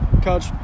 Coach